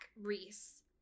Reese